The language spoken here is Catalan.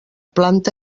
planta